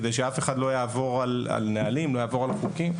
כדי שאף אחד לא יעבור על נהלים ועל חוקים.